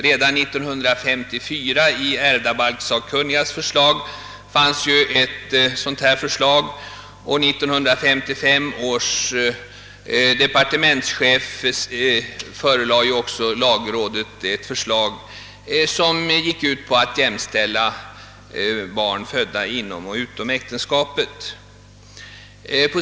Redan 1954 fanns i ärvdabalkssakkunnigas betänkande ett förslag i frågan, och 1955 förelade den dåvarande departementschefen lagrådet ett förslag som gick ut på att jämställa barn födda inom och utom äktenskapet.